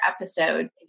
episode